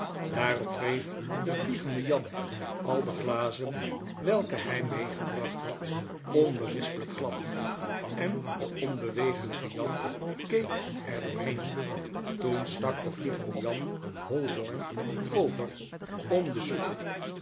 daarop wreef de vliegende jan al de glazen welke hy meegebracht had onberispelyk glad en de onbewegelyke jan keek er door heen toen stk de vliegende jan holborn over om de soep